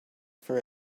for